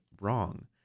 wrong